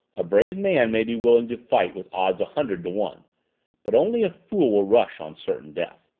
a brave man may be willing to fight with odds a hundred to one but only a fool will rush on certain death.